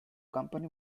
company